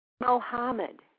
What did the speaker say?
Mohammed